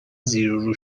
زیرورو